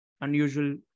unusual